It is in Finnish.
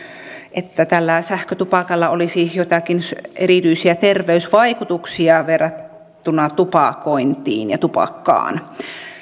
että tällä sähkötupakalla olisi joitakin erityisiä terveysvaikutuksia verrattuna tupakointiin ja tupakkaan